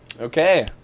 Okay